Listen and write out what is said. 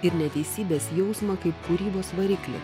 ir neteisybės jausmą kaip kūrybos variklį